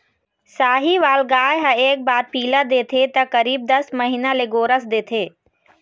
साहीवाल गाय ह एक बार पिला देथे त करीब दस महीना ले गोरस देथे